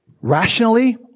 rationally